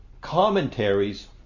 commentaries